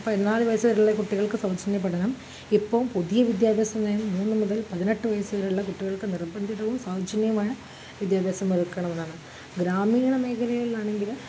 പതിനാല് വയസ്സ് വരെ ഉള്ള കുട്ടികൾക്ക് സൗജന്യപ്പെടണം ഇപ്പോൾ പുതിയ വിദ്യാഭ്യാസം നയം മൂന്ന് മുതൽ പതിനെട്ട് വയസ്സിലുള്ള കുട്ടികൾക്ക് നിർബന്ധിതവും സൗജന്യവുമായ വിദ്യാഭ്യാസം നൽകണം എന്നാണ് ഗ്രാമീണ മേഖലയിലാണെങ്കിൽ